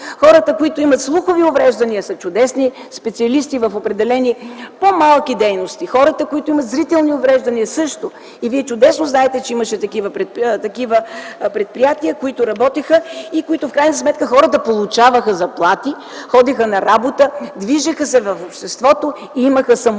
Хората, които имат слухови увреждания, са чудесни специалисти в определени по малки дейности. Хората, които имат зрителни увреждания, също. Вие чудесно знаете, че имаше такива предприятия, които работеха, в които в крайна сметка хората получаваха заплати – ходеха на работа, движеха се в обществото, и имаха самочувствието,